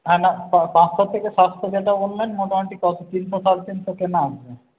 হ্যাঁ না পা পাঁচশো থেকে সাতশো যেটা বললেন মোটামোটি কত তিনশো সাড়ে তিনশো কেনা আসবে